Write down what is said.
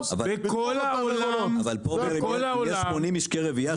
אבל פה יש משקי רביעייה,